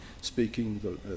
speaking